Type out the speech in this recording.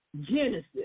Genesis